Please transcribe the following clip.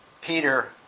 Peter